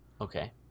Okay